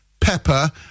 pepper